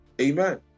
Amen